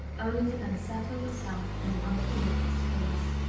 only to then settle yourself in an unfamiliar space.